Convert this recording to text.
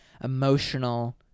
emotional